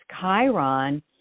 Chiron